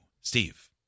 Steve